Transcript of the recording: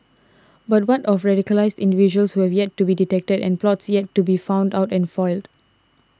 but what of radicalised individuals who have yet to be detected and plots yet to be found out and foiled